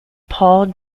paul